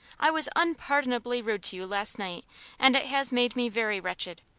i was unpardonably rude to you last night and it has made me very wretched.